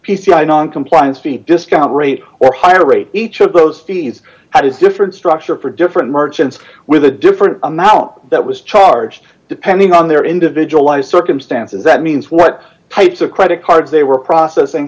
non compliance fee discount rate or higher rate each of those fees how does different structure for different merchants with a different amount that was charged depending on their individual life circumstances that means what types of credit cards they were processing